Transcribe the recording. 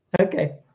Okay